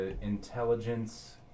intelligence